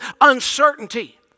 uncertainty